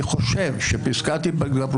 אני מסכים עם מה שאתה אומר,